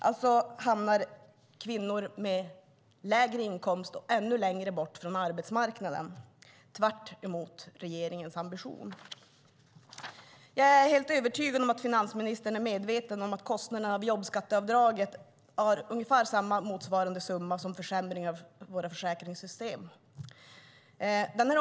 Alltså hamnar kvinnor med lägre inkomst ännu längre bort från arbetsmarknaden, tvärtemot regeringens ambition. Jag är helt övertygad om att finansministern är medveten om att kostnaderna för jobbskatteavdraget är ungefär desamma som kostnaderna för försämringen av våra försäkringssystem.